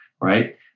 right